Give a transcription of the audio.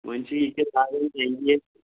وۄنۍ چھِ ییٚتٮ۪تھ تھاوٕنۍ ٹینٛکی اَسہِ